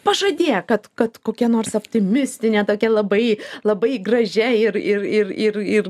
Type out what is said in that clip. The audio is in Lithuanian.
pažadėk kad kad kokia nors optimistine tokia labai labai gražia ir ir ir